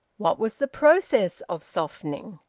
what was the process of softening?